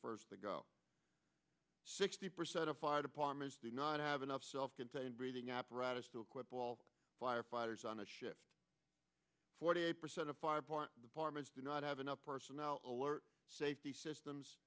first to go sixty percent of fire departments do not have enough self contained breathing apparatus to equip all firefighters on a shift forty eight percent to five point harness did not have enough personnel alert safety systems